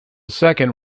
second